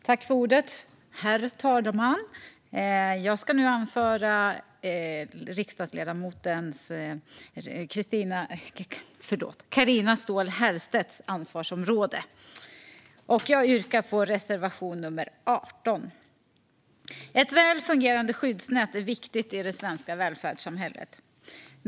Herr talman! Jag ska nu hålla ett anförande inom det som är riksdagsledamoten Carina Ståhl Herrstedts ansvarsområde. Jag yrkar bifall till reservation nr 18. Ett väl fungerande skyddsnät är viktigt i det svenska välfärdssamhället.